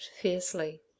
fiercely